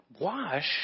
Wash